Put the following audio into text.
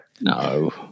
No